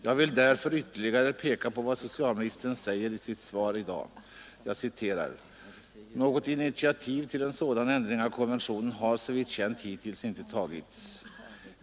Jag vill därför ytterligare peka på vad socialministern säger i sitt svar i dag: ”Något initiativ till en sådan ändring av konventionen har såvitt känt hittills inte tagits.